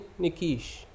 Nikish